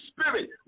spirit